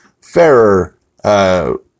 fairer